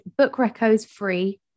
BOOKRECOSFREE